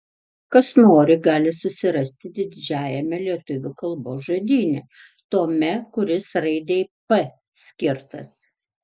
kas nori gali susirasti didžiajame lietuvių kalbos žodyne tome kuris raidei p skirtas